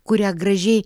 kurią gražiai